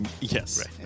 Yes